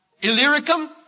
Illyricum